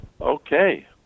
okay